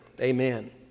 Amen